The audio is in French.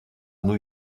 new